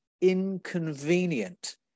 inconvenient